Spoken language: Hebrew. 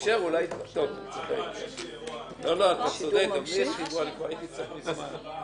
יש גם עבירות שמתייחסות להעברת מידע של עובד ציבור לגורם שאינו מוסמך.